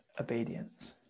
obedience